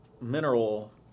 mineral